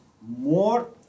more